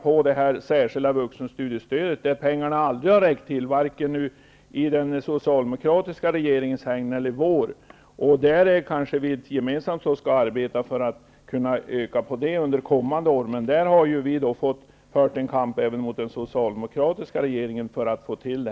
För det särskilda vuxenstudiestödet har pengarna aldrig räckt till, varken i den socialdemokratiska regeringens hägn eller vårt. Vi kanske skall arbeta gemensamt för att öka på den under kommande år. Vi har fört en kamp även mot den socialdemokratiska regeringen för att få till det.